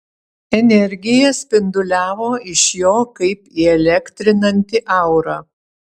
energija spinduliavo iš jo kaip įelektrinanti aura